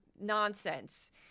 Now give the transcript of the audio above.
nonsense